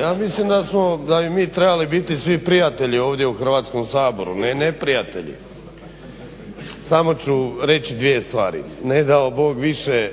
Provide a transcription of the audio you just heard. ja mislim da bi mi trebali biti svi prijatelji ovdje u Hrvatskom saboru, ne neprijatelji. Samo ću reći dvije stvari. Ne dao Bog više